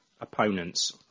opponents